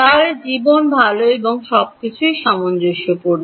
তাহলে জীবন ভাল এবং সবকিছুই সামঞ্জস্যপূর্ণ